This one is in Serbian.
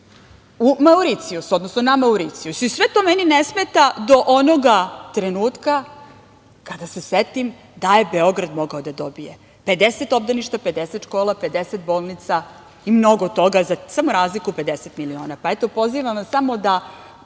na svoj račun na Mauricijusu. Sve to meni ne smeta do onoga trenutka kada se setim da je Beograd mogao da dobije 50 obdaništa, 50 škola, 50 bolnica i mnogo toga za samo razliku od 50 miliona. Pa, eto pozivam vas samo da